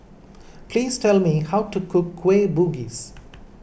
please tell me how to cook Kueh Bugis